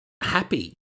happy